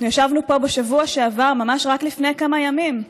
אנחנו ישבנו פה בשבוע שעבר, ממש רק לפני כמה ימים,